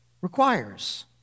requires